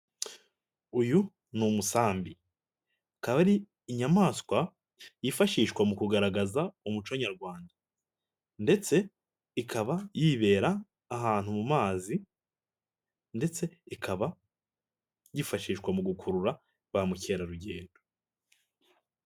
Uyu ni umusambi, akaba ari inyamaswa yifashishwa mu kugaragaza umuco nyarwanda ndetse ikaba yibera ahantu mu mazi ndetse ikaba yifashishwa mu gukurura ba mukerarugendo.